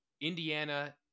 Indiana